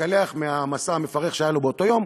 להתקלח אחרי המסע המפרך שהיה לו באותו היום,